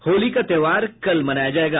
होली का त्योहार कल मनाया जायेगा